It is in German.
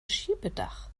schiebedach